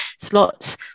slots